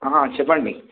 చెప్పండి